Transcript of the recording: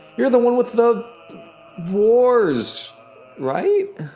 you're the one with the wars right?